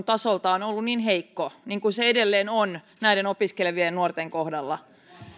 tasoltaan ollut niin heikko niin kuin se edelleen on näiden opiskelevien nuorten kohdalla